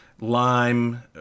lime